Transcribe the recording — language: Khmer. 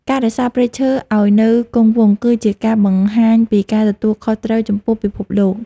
ការរក្សាព្រៃឈើឱ្យនៅគង់វង្ស គឺជាការបង្ហាញពីការទទួលខុសត្រូវចំពោះពិភពលោក។